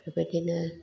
बेबायदिनो